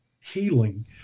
healing